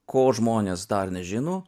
ko žmonės dar nežino